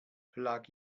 plug